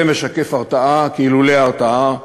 זה משקף הרתעה, כי לולא ההרתעה,